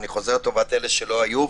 אבל אני חוזר לטובת אלה שלא היו,